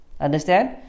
Understand